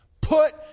put